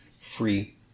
free